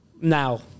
Now